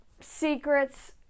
secrets